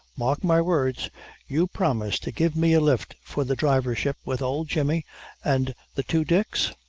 mark my words you promise to give me a lift for the drivership with old jemmy and the two dicks?